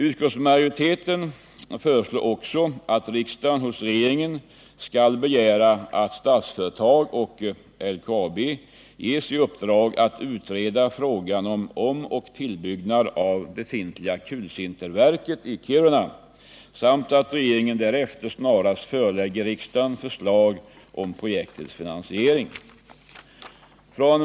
Utskottsmajoriteten föreslår också att riksdagen hos regeringen skall begära att Statsföretag och LKAB ges i uppdrag att utreda frågan om omoch tillbyggnad av det befintliga kulsinterverket i Kiruna samt att regeringen därefter snarast förelägger riksdagen förslag om projektets finansiering.